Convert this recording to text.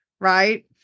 right